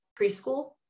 preschool